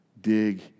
dig